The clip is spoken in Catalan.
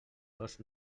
dos